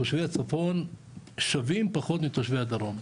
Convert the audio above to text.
תושבי הצפון שווים פחות מתושבי הדרום.